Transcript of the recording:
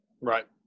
Right